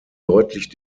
deutlich